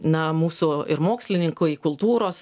na mūsų ir mokslininkai kultūros